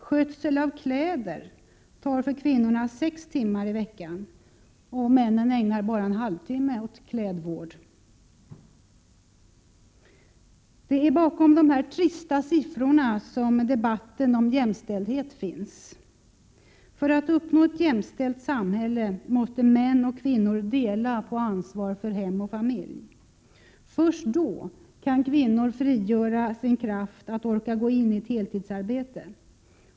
Skötsel av kläder kräver för kvinnorna 6 timmar i veckan och för männen bara en halv timme. Det är bakom dessa trista siffror som debatten om jämställdhet finns. För att uppnå ett jämställt samhälle måste män och kvinnor dela på ansvar för hem och familj. Först då kan kvinnor frigöra sin kraft och orka gå in i ett heltidsarbete.